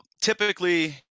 typically